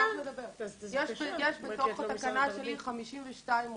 יש בתוך התקנה שלי 52 מוזיאונים,